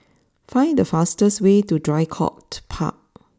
find the fastest way to Draycott Park